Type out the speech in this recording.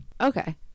Okay